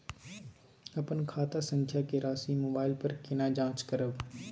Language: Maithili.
अपन खाता संख्या के राशि मोबाइल पर केना जाँच करब?